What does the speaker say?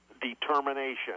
determination